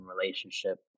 relationship